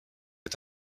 est